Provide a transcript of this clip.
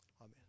Amen